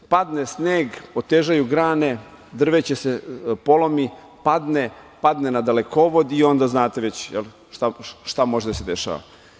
Padne sneg, otežaju grane, drveće se polomi, padne na dalekovod i onda znate već šta može da se dešava.